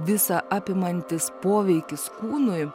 visą apimantis poveikis kūnui